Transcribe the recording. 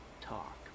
talk